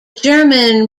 german